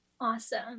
Awesome